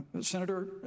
Senator